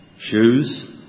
shoes